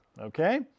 Okay